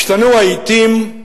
השתנו העתים,